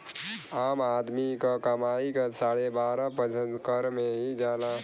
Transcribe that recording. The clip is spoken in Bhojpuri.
आम आदमी क कमाई क साढ़े बारह प्रतिशत कर में ही जाला